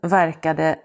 verkade